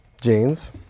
Jeans